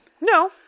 No